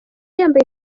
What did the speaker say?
yambaye